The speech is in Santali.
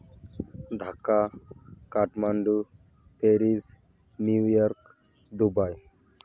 Dhaka Kathmandu Paris New York Dubai